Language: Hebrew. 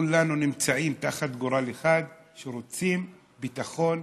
כולנו נמצאים תחת גורל אחד, ורוצים ביטחון,